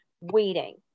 waiting